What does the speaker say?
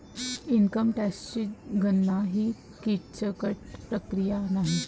income टॅक्सची गणना ही किचकट प्रक्रिया नाही